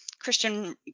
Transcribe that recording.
christian